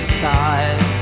side